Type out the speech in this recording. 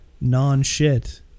non-shit